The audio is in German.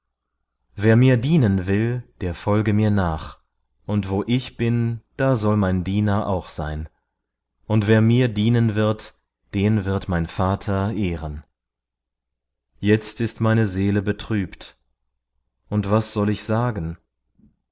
wer mir dienen will der folge mir nach und wo ich bin da soll mein diener auch sein und wer mir dienen wird den wird mein vater ehren jetzt ist meine seele betrübt und was soll ich sagen